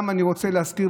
אני רוצה להזכיר,